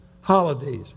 Holidays